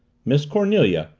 miss cornelia,